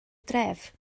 dref